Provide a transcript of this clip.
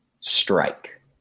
strike